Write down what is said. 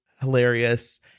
hilarious